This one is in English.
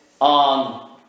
on